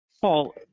paul